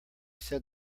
said